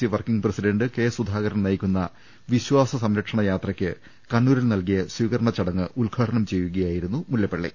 C working president K Sudhakaran നയിക്കുന്ന വിശ്വാസസംരക്ഷണ യാത്രയ്ക്ക് കണ്ണൂരിൽ നൽകിയ സ്വീകരണയോഗം ഉദ്ഘാടനം ചെയ്യുകയായിരുന്നു മുല്ലപ്പള്ളി